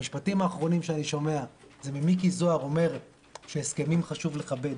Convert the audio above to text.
כשהמשפטים האחרונים שאני שומע זה ממיקי זוהר שאומר שהסכמים חשוב לכבד,